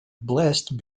blessed